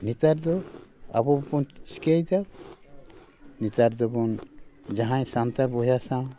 ᱱᱮᱛᱟᱨ ᱫᱚ ᱟᱵᱚᱼᱵᱚᱱ ᱪᱤᱠᱟᱹᱭᱮᱫᱟ ᱱᱮᱛᱟᱨ ᱫᱚᱵᱚᱱ ᱡᱟᱦᱟᱸᱭ ᱥᱟᱶᱛᱮ ᱵᱚᱭᱦᱟ ᱥᱟᱶ